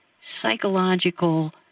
psychological